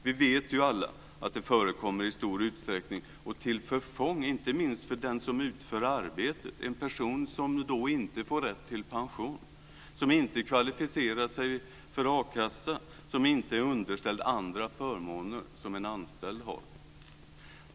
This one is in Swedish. Vi vet ju alla att svartjobb förekommer i stor utsträckning, till förfång inte minst för den som utför arbetet - en person som då inte får rätt till pension, som inte kvalificerar sig för a-kassa och som inte är underställd andra förmåner som en anställd har.